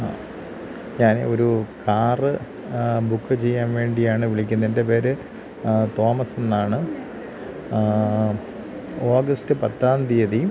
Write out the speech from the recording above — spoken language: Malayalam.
ഞാനേ ഒരു കാറ് ബുക്ക് ചെയ്യാൻ വേണ്ടിയാണ് വിളിക്കുന്നത് എൻ്റെ പേര് തോമസ് എന്നാണ് ഓഗസ്റ്റ് പത്താം തീയ്യതി